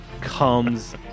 comes